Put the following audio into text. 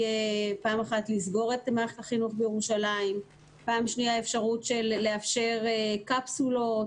לסגור את מערכת החינוך בירושלים או לאפשר קפסולות.